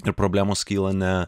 ir problemos kyla ne